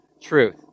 truth